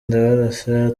ndabarasa